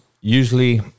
Usually